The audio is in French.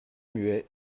muet